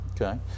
Okay